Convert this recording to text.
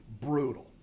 brutal